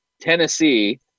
Tennessee